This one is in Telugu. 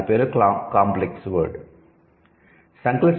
దాని పేరు 'కాంప్లెక్స్ వర్డ్'